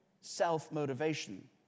self-motivation